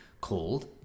called